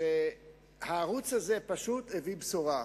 שהערוץ הזה פשוט הביא בשורה.